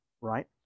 right